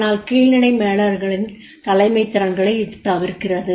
ஆனால் கீழ்நிலை மேலாளர்களின் தலைமைத் திறன்களை இது தவிர்க்கிறது